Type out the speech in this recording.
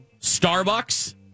Starbucks